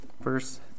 verse